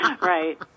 Right